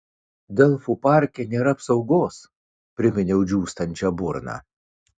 delfų parke nėra apsaugos priminiau džiūstančia burna